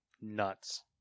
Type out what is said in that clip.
Nuts